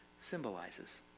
symbolizes